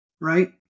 right